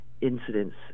incidents